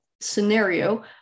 scenario